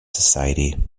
society